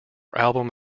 album